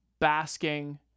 basking